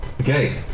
Okay